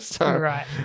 Right